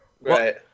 right